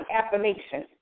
affirmation